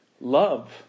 Love